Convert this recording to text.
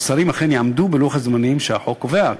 שהשרים אכן יעמדו בלוח הזמנים שהחוק קובע,